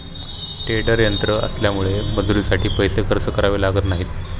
tedder यंत्र आल्यामुळे मजुरीसाठी पैसे खर्च करावे लागत नाहीत